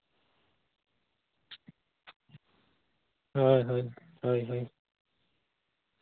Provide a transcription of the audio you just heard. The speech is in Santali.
ᱦᱳᱭ ᱦᱳᱭ ᱦᱳᱭ ᱦᱳᱭ